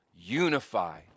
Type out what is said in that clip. unify